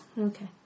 Okay